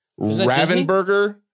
Ravenberger